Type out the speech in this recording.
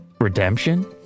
redemption